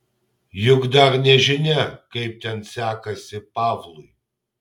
juk dar nežinia kaip ten sekasi pavlui